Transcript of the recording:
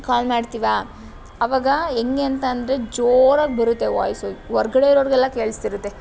ಕಾಲ್ ಮಾಡ್ತೀವಾ ಆವಾಗ ಹೆಂಗೆ ಅಂತಾಂದ್ರೆ ಜೋರಾಗಿ ಬರುತ್ತೆ ವಾಯ್ಸು ಹೊರಗಡೆ ಇರೋರ್ಗೆಲ್ಲ ಕೇಳ್ಸ್ತಿರುತ್ತೆ